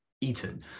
eaten